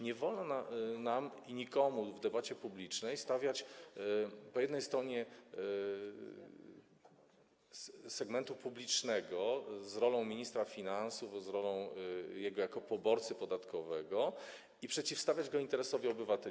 Nie wolno nam, nie wolno nikomu w debacie publicznej stawiać po jednej stronie segmentu publicznego i roli ministra finansów, roli jego jako poborcy podatkowego i przeciwstawiać tego interesowi obywateli.